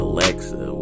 Alexa